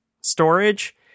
storage